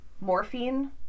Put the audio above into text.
morphine